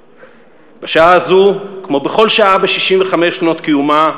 בשעה זו, כמו בכל שעה ב-65 שנות קיומה,